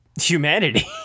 humanity